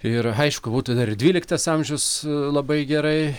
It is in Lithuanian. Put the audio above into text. ir aišku būtų dar ir dvyliktas amžius labai gerai